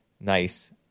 Nice